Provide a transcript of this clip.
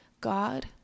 God